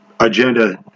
Agenda